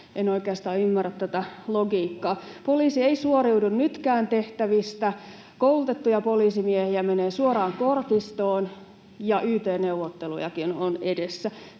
En oikeastaan ymmärrä tätä logiikkaa. Poliisi ei suoriudu nytkään tehtävistä, koulutettuja poliisimiehiä menee suoraan kortistoon, ja yt-neuvottelujakin on edessä.